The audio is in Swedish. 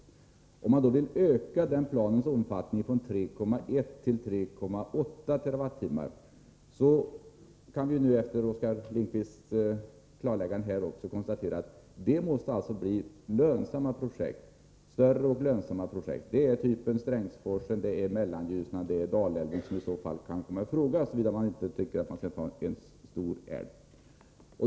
Vill man då öka den planens omfattning från 3,1 till 3,8 TWh kan vi, efter Oskar Lindkvists klarläggande, konstatera att det måste röra sig om stora och lönsamma projekt. Det är projekt av typen Strängsforsen, Mellanljusnan och Dalälven som i så fall kan komma i fråga, såvida man inte tycker att man skall ta en stor älv.